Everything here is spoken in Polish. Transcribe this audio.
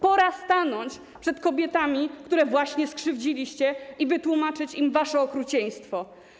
Pora stanąć przed kobietami, które właśnie skrzywdziliście, i wytłumaczyć im wasze okrucieństwo.